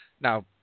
now